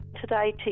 Today